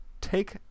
take